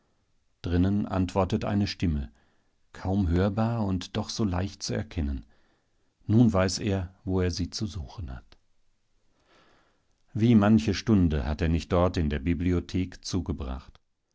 drinnen antwortet eine stimme kaum hörbar und doch so leicht zu erkennen nun weiß er wo er sie zu suchen hat wie manche stunde hat er nicht dort in der bibliothek zugebracht